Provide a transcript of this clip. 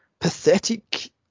pathetic